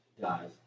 guys